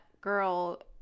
girl